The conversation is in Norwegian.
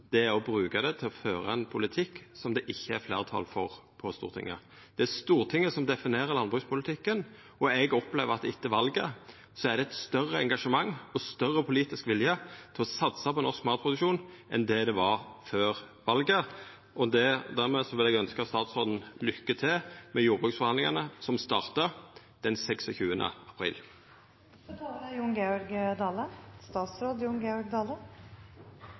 forhandlingsinstituttet, er å bruka det til å føra ein politikk som det ikkje er fleirtal for i Stortinget. Det er Stortinget som definerer landbrukspolitikken, og eg opplever at etter valet er det eit større engasjement og større politisk vilje til å satsa på norsk matproduksjon enn det var før valet. Dermed vil eg ønskja statsråden lykke til med jordbruksforhandlingane, som startar den 26. april.